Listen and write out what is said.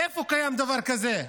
איפה קיים דבר כזה?